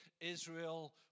Israel